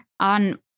on